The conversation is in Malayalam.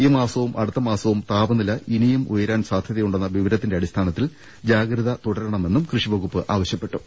ഈ മാസവും അടുത്ത മാസ്പവും താപനില ഇനിയും ഉയരാൻ സാധ്യതയുണ്ടെന്ന വിവരത്തിന്റെ അടിസ്ഥാനത്തിൽ ജാഗ്രത തുടരണമെന്നും കൃഷിവകുപ്പ് ആവശ്യപ്പെട്ടു